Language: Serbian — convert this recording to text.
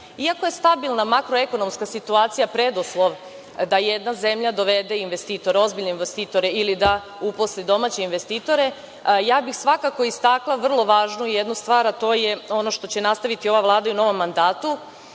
rada. Iako je stabilna makroekonomska situacija preduslov da jedna zemlje dovede ozbiljne investitore ili da uposli domaće investitore, ja bih svakako istakla vrlo važnu stvar, a to je ono što će nastaviti ova Vlada i u novom mandatu,